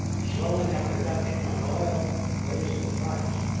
slowing up production on oil raises the price.